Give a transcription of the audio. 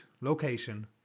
location